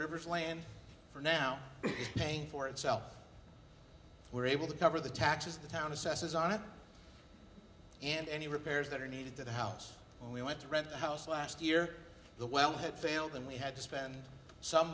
reverse land for now paying for itself were able to cover the taxes the town assesses on it and any repairs that are needed to the house when we went to red house last year the well had failed and we had to spend some